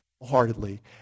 wholeheartedly